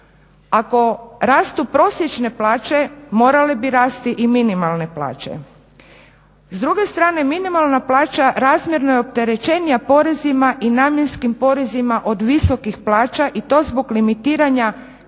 Ako rastu prosječne plaće morale bi rasti i minimalne plaće. S druge strane, minimalna plaća razmjerno je opterećenija porezima i namjenskim porezima od visokih plaća, i to zbog limitiranja